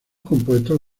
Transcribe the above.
compuestos